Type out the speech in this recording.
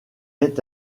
est